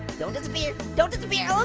don't disappear, don't disappear. ah